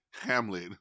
Hamlet